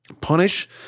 punish